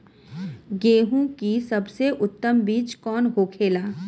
गेहूँ की सबसे उत्तम बीज कौन होखेला?